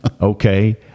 Okay